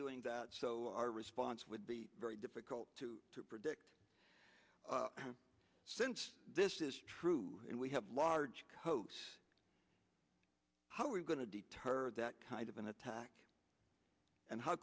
doing that so our response would be very difficult to predict since this is true and we have large coke's how are we going to deter that kind of an attack and how